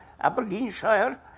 Aberdeenshire